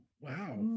wow